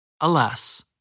Alas